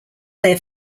their